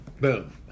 Boom